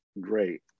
great